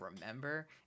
remember